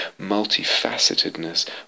multifacetedness